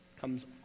comes